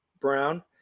Brown